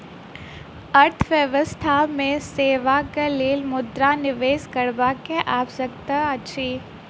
अर्थव्यवस्था मे सेवाक लेल मुद्रा निवेश करबाक आवश्यकता अछि